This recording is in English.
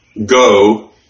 Go